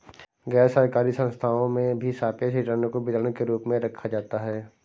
गैरसरकारी संस्थाओं में भी सापेक्ष रिटर्न को वितरण के रूप में रखा जाता है